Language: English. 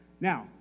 Now